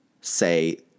say